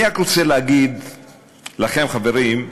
אני רק רוצה להגיד לכם, חברים,